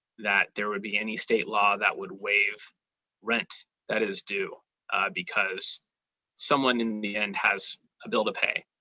that there would be any state law that would waive rent that is due because someone in the end has a bill to pay.